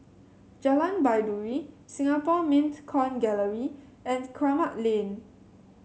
Jalan Baiduri Singapore Mint Coin Gallery and Kramat Lane